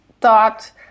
thought